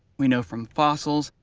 we know from fossils,